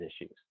issues